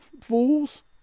fools